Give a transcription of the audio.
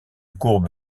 courbe